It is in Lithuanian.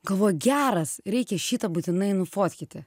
galvoju geras reikia šitą būtinai nufotkyti